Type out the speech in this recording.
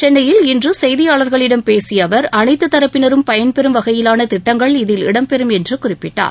சென்னையில் இன்று செய்தியாளா்களிடம் பேசிய அவா் அனைத்து தரப்பினரும் பயன்பெறும் வகையிலான திட்டங்கள் இதில் இடம்பெறும் என்று குறிப்பிட்டார்